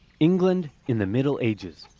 england in the middle ages.